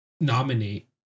nominate